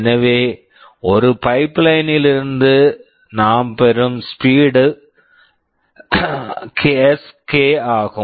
எனவே ஒரு pipeline pipeline ல் இருந்து நாம் பெறும் ஸ்பீட்அப் speedup Sk ஆகும்